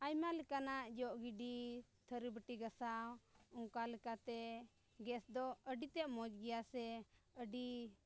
ᱟᱭᱢᱟ ᱞᱮᱠᱟᱱᱟᱜ ᱡᱚᱜ ᱜᱤᱰᱤ ᱛᱷᱟᱹᱨᱤᱼᱵᱟᱹᱴᱤ ᱜᱷᱟᱥᱟᱣ ᱚᱱᱠᱟ ᱞᱮᱠᱟᱛᱮ ᱜᱮᱥ ᱫᱚ ᱟᱹᱰᱤ ᱛᱮᱫ ᱢᱚᱡᱽ ᱜᱮᱭᱟ ᱪᱮᱫᱟᱜ ᱥᱮ ᱟᱹᱰᱤ